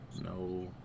no